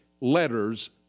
letters